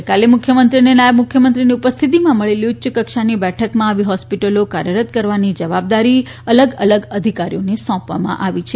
ગઇકાલે મુખ્યમંત્રી તથા નાયબ મુખ્યમંત્રીની ઉપસ્થીતીમાં મળેલી ઉચ્ય કક્ષાની બેઠકમાં આવી હોસ્પીટલો કાર્યરત કરવાની જવાબદારી અલગ અલગ અધિકારીઓને સોપવામાં આવી હતી